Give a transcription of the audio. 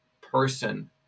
person